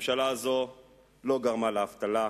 הממשלה הזאת לא גרמה לאבטלה.